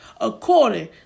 according